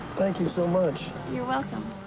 thank you so much. you're welcome.